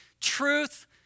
Truth